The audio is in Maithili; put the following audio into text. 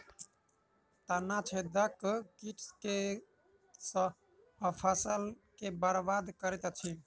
तना छेदक कीट केँ सँ फसल केँ बरबाद करैत अछि?